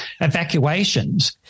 evacuations